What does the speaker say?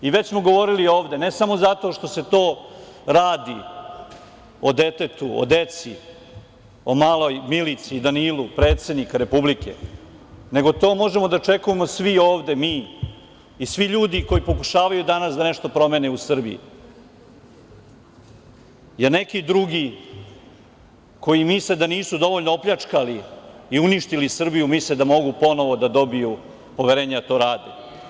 I već smo govorili ovde, ne samo zato što se to radi o detetu, o deci, o maloj Milici i Danilu predsednika Republike, nego to možemo da očekujemo svi ovde mi i svi ljudi koji pokušavaju danas da nešto promene u Srbiji, jer neki drugi koji misle da nisu dovoljno opljačkali i uništili Srbiju misle da mogu ponovo da dobiju poverenje da to rade.